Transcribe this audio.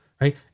right